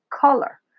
color